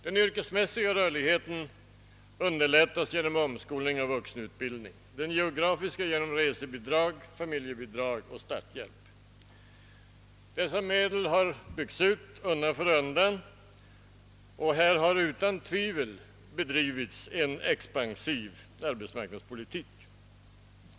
Den yrkesmässiga rörligheten underlättas genom omskolning och vuxenutbildning, den geografiska genom resebidrag, familjebidrag och starthjälp. Dessa medel har undan för undan byggts ut, och här har utan tvivel bedrivits en expansiv arbetsmarknadspolitik.